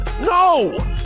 No